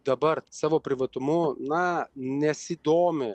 dabar savo privatumu na nesidomi